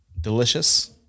Delicious